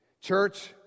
Church